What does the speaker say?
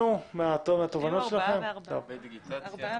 ארבעה וארבעה.